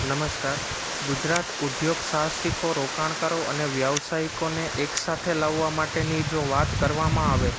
નમસ્કાર ગુજરાત ઉદ્યોગ સાહસિકો રોકાણકારો અને વ્યવસાયિકોને એક સાથે લાવવા માટેની જો વાત કરવામાં આવે